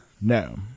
No